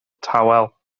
tawel